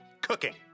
cooking